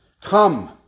Come